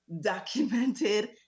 documented